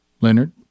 Leonard